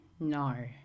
No